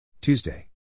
Tuesday